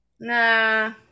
Nah